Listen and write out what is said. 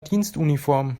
dienstuniform